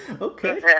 Okay